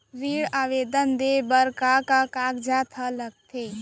ऋण आवेदन दे बर का का कागजात ह लगथे?